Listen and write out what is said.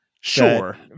sure